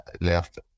left